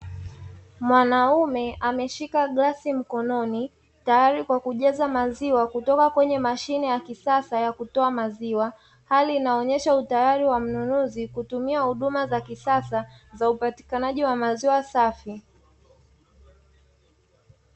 Mwanaume ameshika glasi mkononi tayari kwa kujaza maziwa, kutoka kwenye mashine ya kisasa ya kutoa maziwa, hali inaonyesha utayari wa mnunuzi kutumia huduma za kisasa za upatikanaji wa maziwa safi.